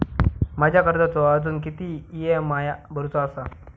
माझ्या कर्जाचो अजून किती ई.एम.आय भरूचो असा?